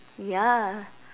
ya